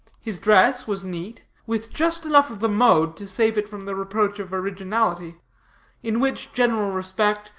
his dress was neat, with just enough of the mode to save it from the reproach of originality in which general respect,